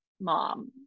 mom